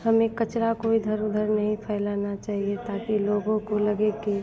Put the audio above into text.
हमें कचरा को इधर उधर नहीं फैलाना चाहिए ताकि लोगों को लगे कि